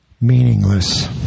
Meaningless